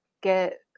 get